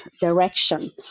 direction